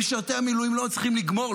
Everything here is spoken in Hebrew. משרתי המילואים לא מצליחים לגמור,